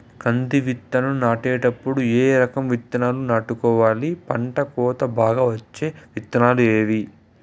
కంది విత్తనాలు నాటేటప్పుడు ఏ రకం విత్తనాలు నాటుకోవాలి, పంట కోత బాగా వచ్చే విత్తనాలు ఏవీ?